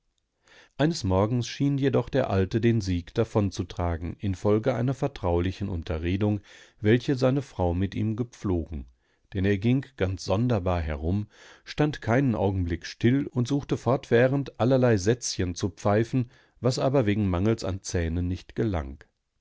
eines morgens schien jedoch der alte den sieg davonzutragen infolge einer vertraulichen unterredung welche seine frau mit ihm gepflogen denn er ging ganz sonderbar herum stand keinen augenblick still und suchte fortwährend allerlei sätzchen zu pfeifen was aber wegen mangels an zähnen nicht gelang